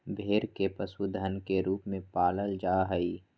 भेड़ के पशुधन के रूप में पालल जा हई